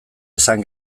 esan